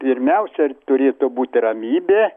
pirmiausia ir turėtų būti ramybė